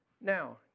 Now